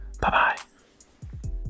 Bye-bye